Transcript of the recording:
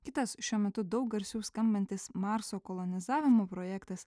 kitas šiuo metu daug garsiau skambantis marso kolonizavimo projektas